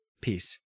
Peace